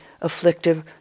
afflictive